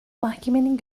mahkemenin